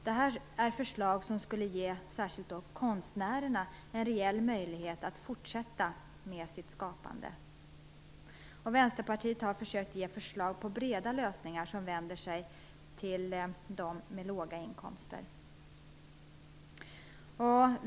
Det är förslag som skulle ge särskilt konstnärerna en rejäl möjlighet att fortsätta med sitt skapande. Vänsterpartiet har försökt ge förslag på breda lösningar som vänder sig till dem med låga inkomster.